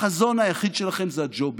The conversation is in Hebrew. החזון היחיד שלכם זה הג'ובים,